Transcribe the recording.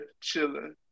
chilling